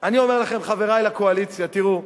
אני אומר לכם, חברי הקואליציה, תראו,